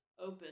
open